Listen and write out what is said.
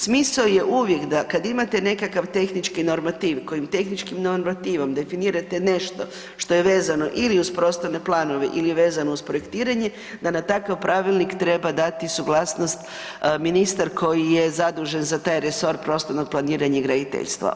Smisao je uvijek da kad imate nekakav tehnički normativ, kojim tehničkim normativnom definirate nešto što je vezano ili uz prostorne planove ili vezano uz projektiranje da na takav pravilnik treba dati suglasnost ministar koji je zadužen za taj resor prostornog planiranja i graditeljstva.